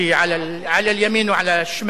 אמר שאין מעקות בצד ימין ובצד שמאל.) אישור מכבי-אש.